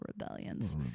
rebellions